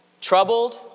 troubled